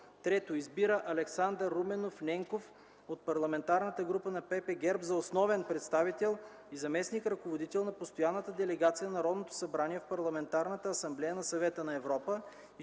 3. Избира Александър Руменов Ненков от Парламентарната група на Политическа партия ГЕРБ за основен представител и заместник-ръководител на Постоянната делегация на Народното събрание в Парламентарната асамблея на Съвета на Европа.